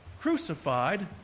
crucified